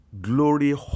Glory